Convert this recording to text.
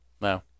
No